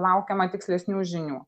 laukiama tikslesnių žinių